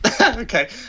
Okay